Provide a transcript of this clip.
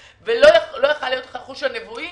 לך חוש נבואי